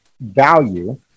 value